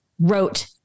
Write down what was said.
wrote